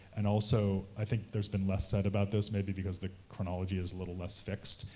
and also, i think there's been less said about this maybe because the chronology is a little less fixed,